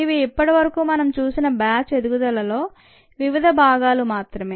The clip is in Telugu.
ఇవి ఇప్పటి వరకు మనం చూసిన బ్యాచ్ ఎదుగుదలలో వివిధ భాగాలు మాత్రమే